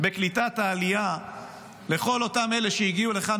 בקליטת העלייה של כל אותם אלה שהגיעו לכאן